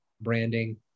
branding